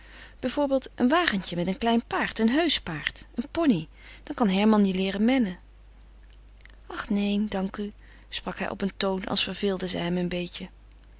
bijvoorbeeld een wagentje met een klein paard een heuschig paard een poney dan kan herman je leeren mennen ach neen dank u sprak hij op een toon als verveelde zij hem een beetje